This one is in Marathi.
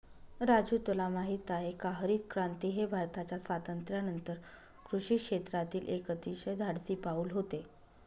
राजू तुला माहित आहे का हरितक्रांती हे भारताच्या स्वातंत्र्यानंतर कृषी क्षेत्रातील एक अतिशय धाडसी पाऊल होते